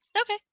Okay